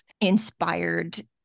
inspired